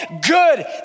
good